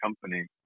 company